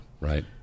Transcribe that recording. Right